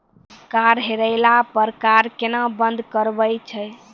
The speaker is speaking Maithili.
कार्ड हेरैला पर कार्ड केना बंद करबै छै?